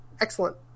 Excellent